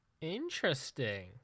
Interesting